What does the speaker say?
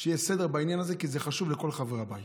שיהיה סדר בעניין הזה, כי זה חשוב לכל חברי הבית.